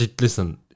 Listen